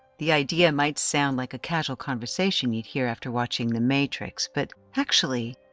the idea might sound like a casual conversation you'd hear after watching the matrix, but actually,